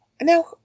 Now